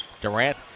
Durant